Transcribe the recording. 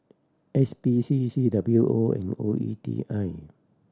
S P C C W O and O E T I